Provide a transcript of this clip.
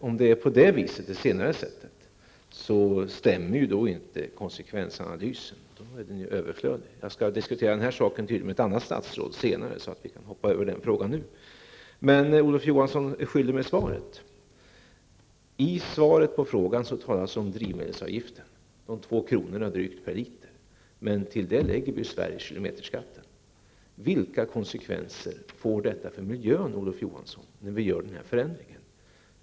Om det förhåller sig på det senare sättet, stämmer inte detta med talet om att genomföra en konsekvensanalys. Då är den ju överflödig. Jag skall tydligen diskutera den frågan senare med ett annat statsråd, så vi kan kanske hoppa över den frågan nu. Men Olof Johansson är skyldig mig ett svar. I svaret på frågan talas om drivmedelsavgiften, drygt 2 kr. per liter. Men till detta lägger vi i Sverige kilometerskatten. Vilka konsekvenser får det för miljön när ni gör denna förändring, Olof Johansson?